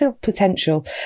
potential